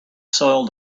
soiled